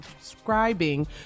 subscribing